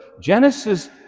Genesis